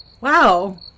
Wow